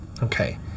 Okay